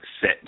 Set